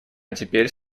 теперь